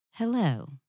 Hello